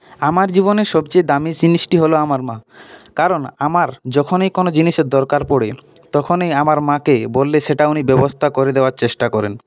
আমার জীবনের সবচেয়ে দামি জিনিসটি হল আমার মা কারণ আমার যখনই কোনো জিনিসের দরকার পড়ে তখনই আমার মাকে বললে সেটা উনি ব্যবস্থা করে দেওয়ার চেষ্টা করেন